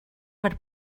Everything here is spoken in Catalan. per